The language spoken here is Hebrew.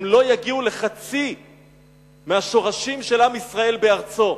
הם לא יגיעו לחצי מהשורשים של עם ישראל בארצו,